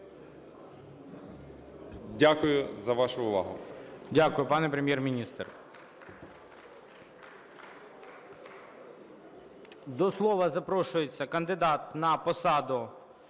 Дякую за вашу увагу.